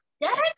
yes